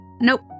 Nope